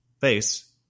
face